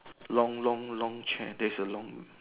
long long long chair there's a long